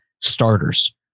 starters